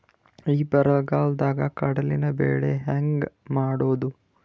ಈ ಬರಗಾಲದಾಗ ಕಡಲಿ ಬೆಳಿ ಹೆಂಗ ಮಾಡೊದು?